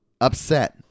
upset